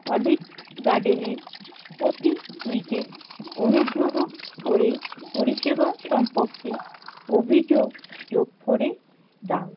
olive গার্ডেনের প্রতি টুইটে অনুগ্রহ করে পরিষেবা সম্পর্কে অভিযোগ যোগ করে দাও